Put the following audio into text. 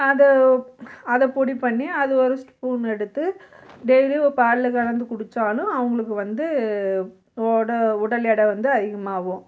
அது அதைப் பொடி பண்ணி அது ஒரு ஸ்பூன் எடுத்து டெய்லி பாலில் கலந்து குடித்தாலும் அவங்களுக்கு வந்து உட உடல் எடை வந்து அதிகமாகும்